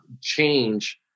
change